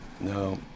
No